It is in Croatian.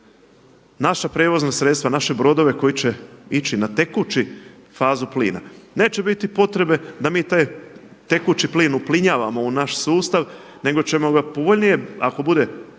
naša prijevozna sredstva, sve naše brodove koji će ići na tekuću stranu plina. Neće biti potrebe da mi taj tekući plin uplinjavamo u naš sustav, nego ćemo ga povoljnije ako bude